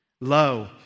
Lo